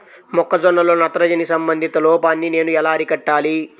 మొక్క జొన్నలో నత్రజని సంబంధిత లోపాన్ని నేను ఎలా అరికట్టాలి?